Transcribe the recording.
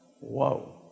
Whoa